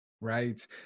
right